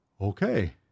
okay